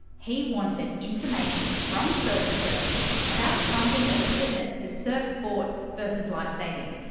he wanted information from surf australia about funding of equipment for surf sports versus lifesaving,